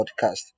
podcast